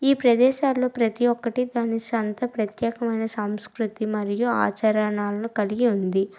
ఈ ప్రదేశాల్లో ప్రతి ఒక్కటి దాని సొంత ప్రత్యేకమైన సంస్కృతి మరియు ఆచరణాలను కలిగి ఉంది